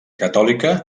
catòlica